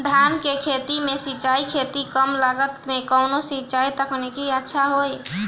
धान के खेती में सिंचाई खातिर कम लागत में कउन सिंचाई तकनीक अच्छा होई?